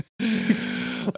Jesus